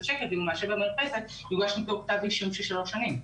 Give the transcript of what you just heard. ₪ ואם הוא מעשן במרפסת יוגש נגדו כתב אישום לשלוש שנים.